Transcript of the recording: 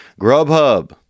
Grubhub